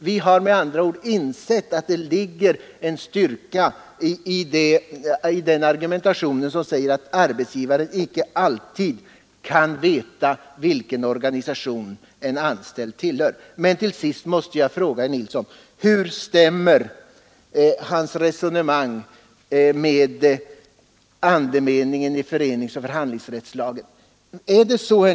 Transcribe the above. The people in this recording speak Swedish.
Vi har med andra ord insett att det ligger en viss styrka i den argumentation som säger att arbetsgivaren icke alltid kan veta vilken organisation en anställd tillhör. Till sist måste jag fråga herr Nilsson: Hur stämmer herr Nilssons resonemang med andemeningen i föreningsoch förhandlingsrättslagen?